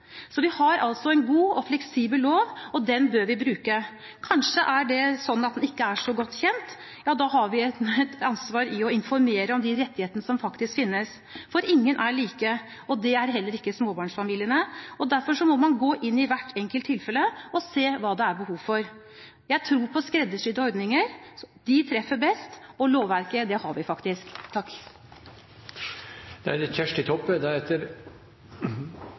så godt kjent, og da har vi et ansvar for å informere om de rettighetene som faktisk finnes. Ingen er like, og det er heller ikke småbarnsfamiliene. Derfor må man gå inn i hvert enkelt tilfelle og se hva det er behov for. Jeg tror på skreddersydde ordninger, de treffer best, og lovverket har vi. Senterpartiet meiner det er eit veldig viktig forslag representantane frå SV har fremja i saka. Vi meiner det